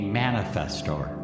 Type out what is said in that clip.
manifestor